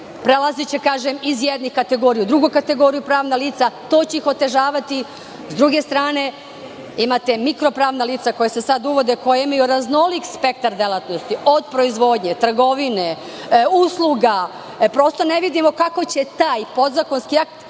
prelaziće iz jedne kategorije u drugu kategoriju pravna lica i to će ih otežavati. S druge strane, imate mikro pravna lica koja se sada uvode koja imaju raznolik spektar delatnosti od proizvodnje, trgovine, usluga. Prosto ne vidimo kako će taj podzakonski akt